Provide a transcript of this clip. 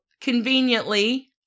conveniently